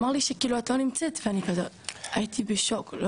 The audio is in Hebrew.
הוא אמר לי שאת לא נמצאת ואני כזה הייתי בשוק.